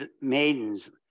maidens